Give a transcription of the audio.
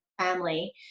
family